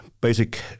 basic